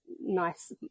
nice